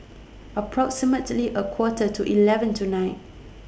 approximately A Quarter to eleven tonight